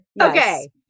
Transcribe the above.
Okay